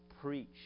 preach